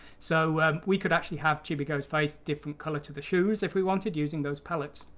so we could actually have chibiko's face a different color to the shoes if we wanted using those palettes.